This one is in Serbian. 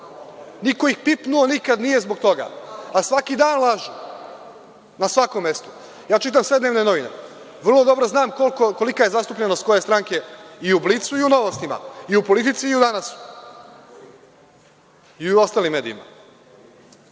Niko ih pipnuo nikad nije zbog toga, a svaki dan lažu, na svakom mestu. Ja čitam sve dnevne novine. Vrlo dobro znam kolika je zastupljenost koje stranke i u „Blicu“ i u „Novostima“ i u „Politici“ i u „Danasu“ i u ostalim medijima. Stanje